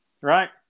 Right